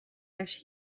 leis